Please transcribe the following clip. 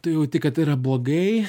tu jauti kad tai yra blogai